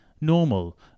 normal